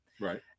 Right